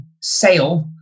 sale